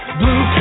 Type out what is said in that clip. blue